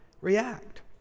react